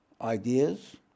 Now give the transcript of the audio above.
ideas